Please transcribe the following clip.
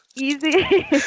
Easy